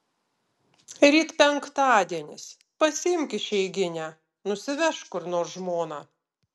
ryt penktadienis pasiimk išeiginę nusivežk kur nors žmoną